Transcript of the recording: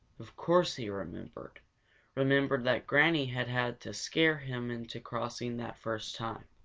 of course he remembered remembered that granny had had to scare him into crossing that first time.